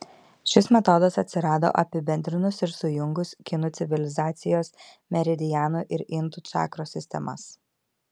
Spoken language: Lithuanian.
šis metodas atsirado apibendrinus ir sujungus kinų civilizacijos meridianų ir indų čakros sistemas